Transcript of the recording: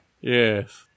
Yes